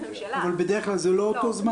אבל בדרך כלל זה לא אותו זמן?